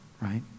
right